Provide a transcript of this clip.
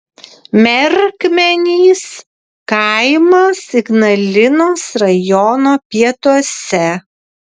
merkmenys kaimas ignalinos rajono pietuose